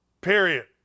Period